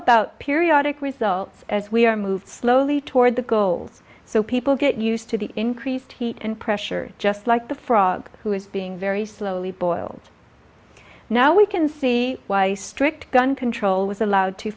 about periodic results as we are moved slowly toward the goals so people get used to the increased heat and pressure just like the frog who is being very slowly boiled now we can see why strict gun control was allowed to